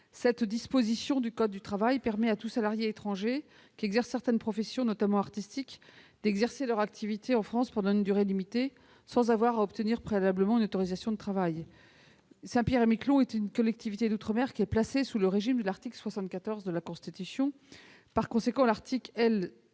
Cette disposition du code du travail permet à tout salarié étranger qui exerce certaines professions, notamment artistiques, d'exercer son activité en France pendant une durée limitée, sans avoir à obtenir préalablement une autorisation de travail. Saint-Pierre-et-Miquelon est une collectivité d'outre-mer placée sous le régime de l'article 74 de la Constitution. Par conséquent, l'article L.